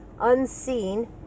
unseen